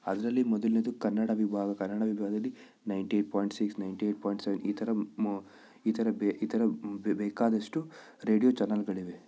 ಅದರಲ್ಲಿ ಮೊದಲನೇದು ಕನ್ನಡ ವಿಭಾಗ ಕನ್ನಡ ವಿಭಾಗದಲ್ಲಿ ninety eight point six ninety eight point seven ಈ ಥರ ಮೊ ಈ ಥರ ಬೆ ಈ ಥರ ಬೇಕಾದಷ್ಟು ರೇಡಿಯೋ ಚಾನಲ್ಗಳಿವೆ